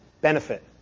Benefit